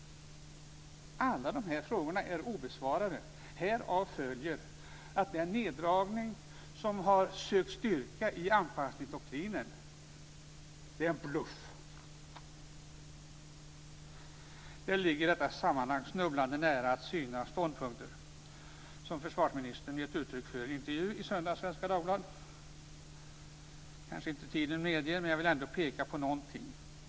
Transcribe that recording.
Alla dessa frågor är obesvarade. Härav följer att den neddragning som har sökt styrka i anpassningsdoktrinen är en bluff. Det ligger i detta sammanhang snubblande nära att syna ståndpunkter som försvarsministern gett uttryck för i en intervju i söndagens Svenska Dagbladet. Det kanske inte tiden medger, men jag vill ändå peka på någonting.